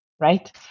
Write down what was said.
right